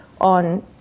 on